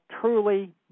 truly